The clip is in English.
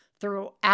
throughout